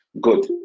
good